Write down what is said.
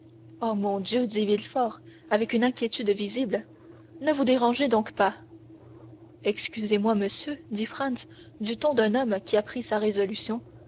oh mon dieu dit villefort avec une inquiétude visible ne vous dérangez donc pas excusez-moi monsieur dit franz du ton d'un homme qui a pris sa résolution